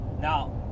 Now